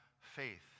faith